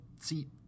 seat